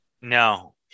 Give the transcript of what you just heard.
No